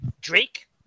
Drake